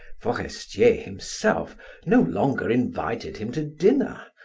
forestier himself no longer invited him to dinner,